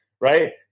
right